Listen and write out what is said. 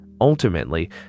ultimately